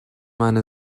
meine